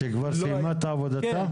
שכבר סיימה את עבודתה?